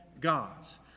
God's